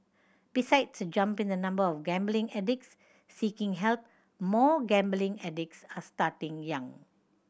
besides a jump in the number of gambling addicts seeking help more gambling addicts are starting young